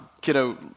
kiddo